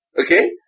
Okay